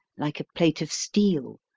like a plate of steel,